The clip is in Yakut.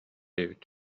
эбит